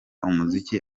umuziki